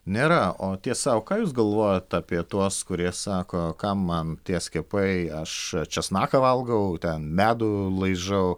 nėra o tiesa o ką jūs galvojot apie tuos kurie sako kam man tie skiepai aš česnaką valgau ten medų laižau